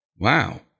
Wow